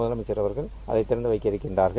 முதலமைச்சர் அவர்கள் அதை திறந்தவைக்க இருக்கிறார்கள்